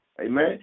Amen